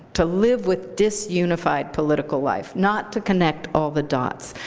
to live with disunified political life, not to connect all the dots?